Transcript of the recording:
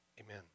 amen